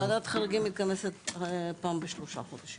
לא, וועדת חריגים מתכנסת פעם בשלושה חודשים.